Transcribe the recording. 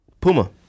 Puma